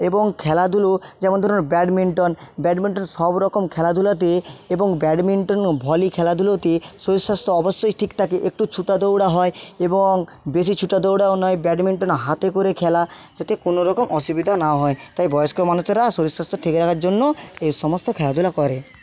এবং খেলাধুলো যেমন ধরুন ব্যাডমিন্টন ব্যাডমিন্টন সব রকম খেলাধুলাতে এবং ব্যাডমিন্টন ও ভলি খেলাধুলোতে শরীর স্বাস্থ্য অবশ্যই ঠিক থাকে একটু ছোটা দৌড়া হয় এবং বেশি ছোটা দৌড়াও নয় ব্যাডমিন্টন হাতে করে খেলা যাতে কোনো রকম অসুবিধা না হয় তাই বয়স্ক মানুষেরা শরীর স্বাস্থ্য ঠিক রাখার জন্য এই সমস্ত খেলাধুলা করে